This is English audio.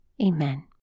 Amen